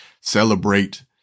celebrate